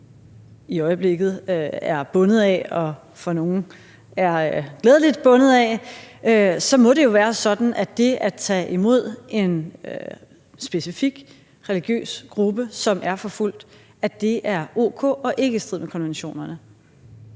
i øjeblikket er bundet af, og for nogen glædeligt bundet af, må det jo være sådan, at det at tage imod en specifik religiøs gruppe, som er forfulgt, er o.k. og ikke i strid med konventionerne.